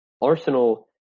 Arsenal